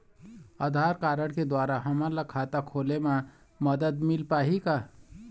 आधार card के द्वारा हमन ला खाता खोले म मदद मिल पाही का?